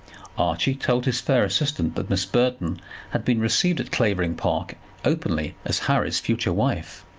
archie told his fair assistant that miss burton had been received at clavering park openly as harry's future wife,